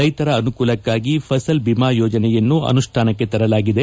ರೈತರ ಅನುಕೂಲಕ್ಕಾಗಿ ಫಸಲ್ ಭೀಮ ಯೋಜನೆಯನ್ನು ಅನುಷ್ಠಾನಕ್ಕೆ ತರಲಾಗಿದೆ